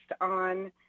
on